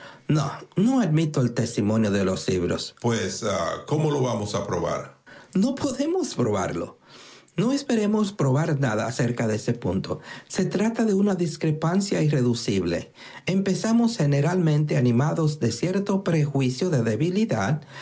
no no admito el testimonio de los libros pues cómo lo vamos a probar no podemos probarlo no esperemos probar nada acerca de ese asunto se trata de una discrepancia irreductible empezamos generalmente animados de cierto prejuicio de debilidad